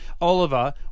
Oliver